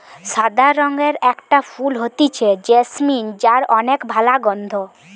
সাদা রঙের একটা ফুল হতিছে জেসমিন যার অনেক ভালা গন্ধ